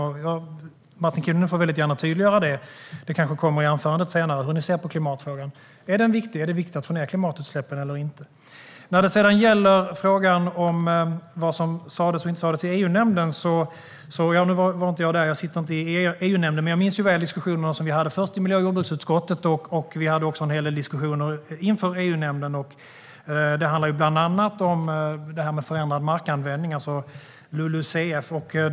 Martin Kinnunen får väldigt gärna tydliggöra det - det kanske kommer i anförandet senare. Hur ser ni på klimatfrågan? Är den viktig? Är det viktigt att få ned klimatutsläppen eller inte? Sedan gäller det frågan om vad som sas och inte sas i EU-nämnden. Jag var inte där. Jag sitter inte i EU-nämnden. Men jag minns diskussionerna som vi hade i miljö och jordbruksutskottet. Vi hade också en hel del diskussioner inför EU-nämndens möte. Det handlade bland annat om detta med förändrad markanvändning, LULUCF.